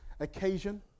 occasion